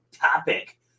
topic